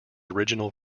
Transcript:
original